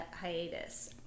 hiatus